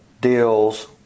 deals